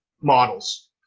models